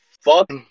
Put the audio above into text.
fuck